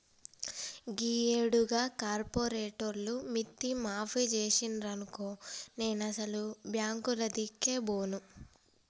గీయేడు గా కార్పోరేటోళ్లు మిత్తి మాఫి జేసిండ్రనుకో నేనసలు బాంకులదిక్కే బోను